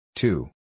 Two